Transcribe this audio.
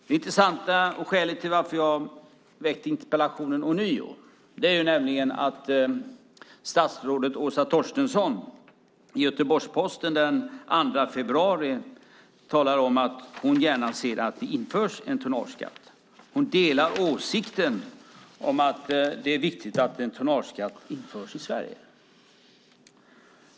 Det intressanta, och skälet till att jag ånyo väckt en interpellation i ämnet, är att statsrådet Åsa Torstensson i Göteborgs-Posten den 13 januari talar om att hon gärna ser att det införs en tonnageskatt. Hon "delar . åsikten" att det är viktigt att en tonnageskatt införs i Sverige.